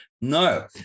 No